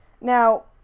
Now